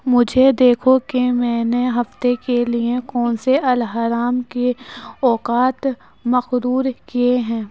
مجھے دیکھو کہ میں نے ہفتے کے لیے کون سے الحرام کے اوقات مقرور کیے ہیں